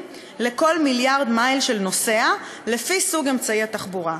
לכל 1 מיליארד מייל של נוסע לפי סוג אמצעי התחבורה.